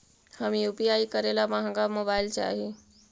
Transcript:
हम यु.पी.आई करे ला महंगा मोबाईल चाही?